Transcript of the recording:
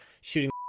shooting